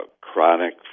chronic